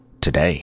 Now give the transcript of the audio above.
today